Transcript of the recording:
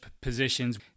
positions